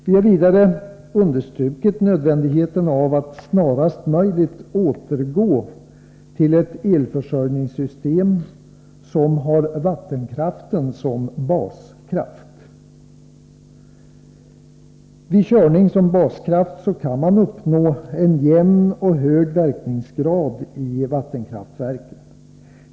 Vi har vidare understrukit nödvändigheten av att snarast möjligt återgå till ett elförsörjningssystem som har vattenkraften som baskraft. Vid körning som baskraft kan man uppnå en jämn och hög verkningsgrad i vattenkraftverken.